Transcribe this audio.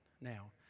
Now